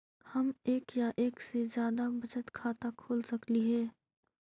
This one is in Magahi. हम एक या एक से जादा बचत खाता खोल सकली हे?